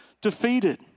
defeated